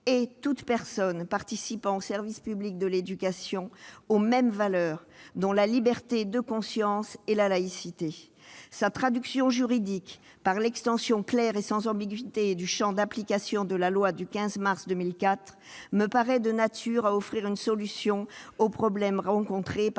et toute personne participant au service public de l'éducation aux mêmes valeurs, dont la liberté de conscience et la laïcité. Sa traduction juridique, par l'extension claire et sans ambiguïté du champ d'application de la loi du 15 mars 2004, me paraît de nature à offrir une solution aux problèmes rencontrés par